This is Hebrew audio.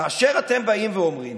כאשר אתם באים ואומרים